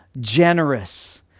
generous